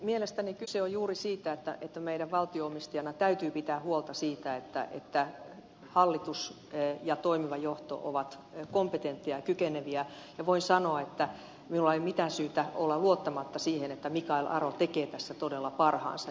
mielestäni kyse on juuri siitä että meidän valtio omistajana täytyy pitää huolta siitä että hallitus ja toimiva johto ovat kompetenttejä kykeneviä ja voin sanoa että minulla ei ole mitään syytä olla luottamatta siihen että mikael aro tekee tässä todella parhaansa